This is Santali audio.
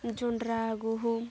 ᱡᱚᱱᱰᱨᱟ ᱜᱩᱦᱩᱢ